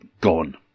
gone